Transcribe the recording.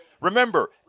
Remember